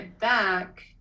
back